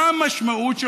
מה המשמעות של